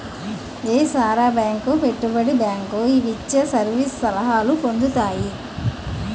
ఏసార bank పెట్టుబడి bank ఇవిచ్చే service సలహాలు పొందుతాయి